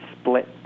split